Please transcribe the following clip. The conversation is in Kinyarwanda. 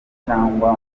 cyangwa